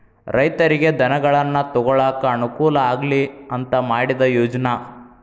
ರೈತರಿಗೆ ಧನಗಳನ್ನಾ ತೊಗೊಳಾಕ ಅನಕೂಲ ಆಗ್ಲಿ ಅಂತಾ ಮಾಡಿದ ಯೋಜ್ನಾ